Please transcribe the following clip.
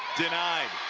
denied